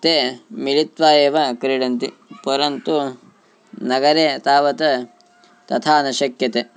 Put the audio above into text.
ते मिलित्वा एव क्रीडन्ति परन्तु नगरे तावत् तथा न शक्यते